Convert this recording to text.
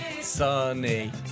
Sunny